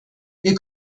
wir